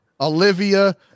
Olivia